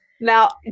Now